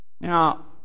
Now